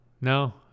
no